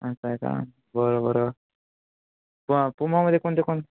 असं आहे का बरं बरं प पुमामध्ये कोणते कोण